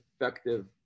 effective